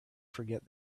forget